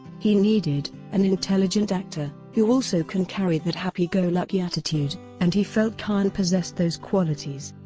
he needed an intelligent actor, who also can carry that happy-go-lucky attitude, and he felt khan possessed those qualities.